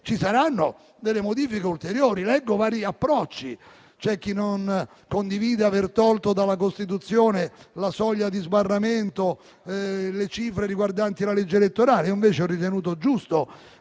ci saranno delle modifiche ulteriori. Leggo vari approcci: c'è chi non condivide l'aver tolto dalla Costituzione la soglia di sbarramento delle cifre riguardanti la legge elettorale. Io invece ho ritenuto giusto